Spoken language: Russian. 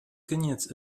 конец